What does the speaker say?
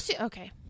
Okay